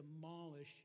demolish